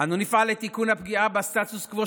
אנו נפעל לתיקון הפגיעה בסטטוס קוו,